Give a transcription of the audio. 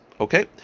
Okay